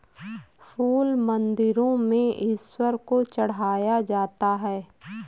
फूल मंदिरों में ईश्वर को भी चढ़ाया जाता है